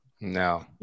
No